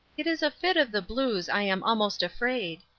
it is a fit of the blues, i am almost afraid.